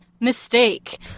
Mistake